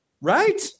Right